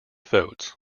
votes